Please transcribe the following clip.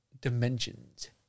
dimensions